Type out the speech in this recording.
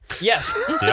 Yes